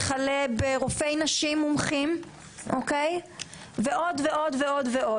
וכלה ברופאי נשים מומחים, ועוד ועוד.